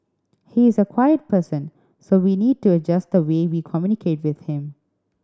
he's a quiet person so we need to adjust the way we communicate with him